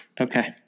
Okay